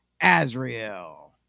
Azrael